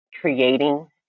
creating